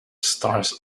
stars